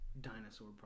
Dinosaur